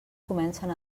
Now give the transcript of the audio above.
comencen